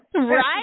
Right